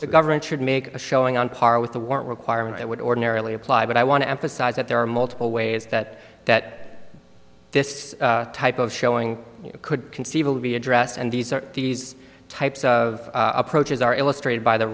the government should make a showing on par with the work requirement that would ordinarily apply but i want to emphasize that there are multiple that ways that this type of showing could conceivably be addressed and these are these types of approaches are illustrated by the